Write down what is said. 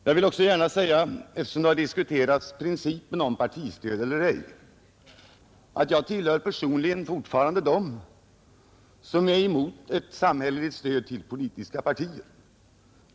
Jag vill också gärna säga, eftersom principen om partistöd eller ej har diskuterats, att jag personligen fortfarande tillhör dem som är emot ett samhälleligt stöd till politiska partier.